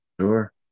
Sure